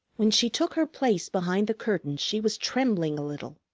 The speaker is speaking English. when she took her place behind the curtain she was trembling a little,